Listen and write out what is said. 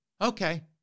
Okay